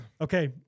Okay